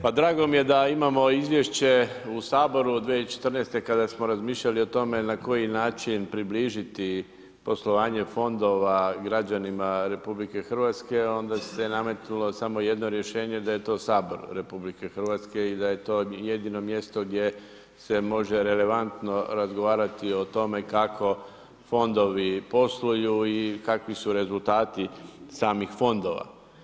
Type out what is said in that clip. Pa drago mi je da imamo izvješće u Saboru od 2014. kada smo razmišljali o tome na koji način približiti poslovanje fondova građanima RH, onda se nametnulo samo jedno rješenje, da je to Sabor RH i da je to jedino mjesto gdje se može relevantno razgovarati o tome kako fondovi posluju i kakvi su rezultati samih fondova.